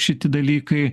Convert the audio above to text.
šiti dalykai